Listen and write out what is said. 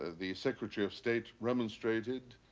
the secretary of state remonstrated,